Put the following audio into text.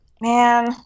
Man